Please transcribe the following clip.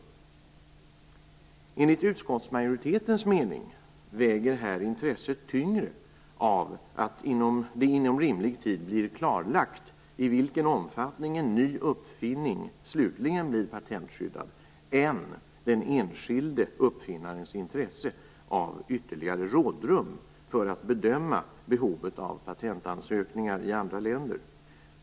Enligt utskottsmajoritetens mening väger här intresset tyngre av att det inom rimlig tid blir klarlagt i vilken omfattning en ny uppfinning slutligen blir patentskyddad än den enskilde uppfinnarens intresse av ytterligare rådrum för att bedöma behovet av patentansökningar i andra länder.